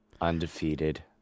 Undefeated